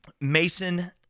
Mason